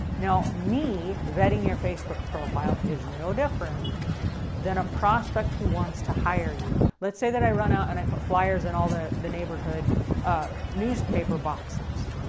now me vetting your facebook profile is no different than a prospect who wants to hire you. let's say that i run out, and i put flyers in all the the neighborhood newspaper boxes.